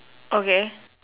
okay